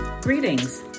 Greetings